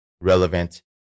relevant